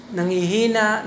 Nangihina